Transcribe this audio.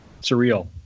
surreal